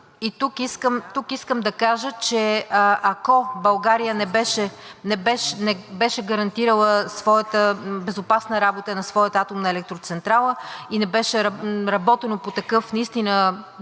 Тук искам да кажа, че ако България не беше гарантирала своята безопасна работа на своята атомна електроцентрала и не беше работено по такъв наистина